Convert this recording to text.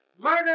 murder